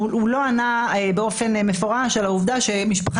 הוא לא ענה באופן מפורש על העובדה שמשפחה